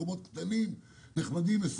במקומות קטנים ומסודרים,